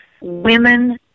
women